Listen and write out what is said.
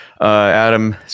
adam